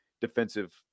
defensive